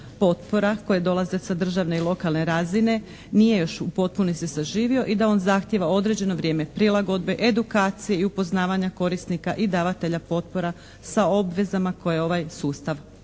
potpora koje dolaze sa državne i lokalne razine nije još u potpunosti saživio i da on zahtijeva određeno vrijeme prilagodbe, edukacije i upoznavanja korisnika i davatelja potpora sa obvezama koje ovaj sustav